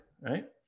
right